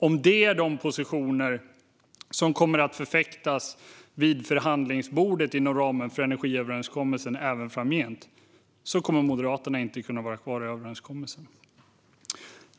Om det är de positioner som kommer att förfäktas vid förhandlingsbordet inom ramen för energiöverenskommelsen även framgent kommer Moderaterna inte att kunna vara kvar i överenskommelsen.